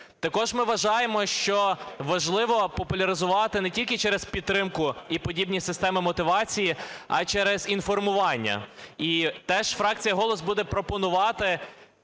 Також ми вважаємо, що важливо популяризувати не тільки через підтримку і подібні системи мотивації, а й через інформування. І теж фракція "Голос" буде пропонувати